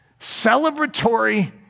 celebratory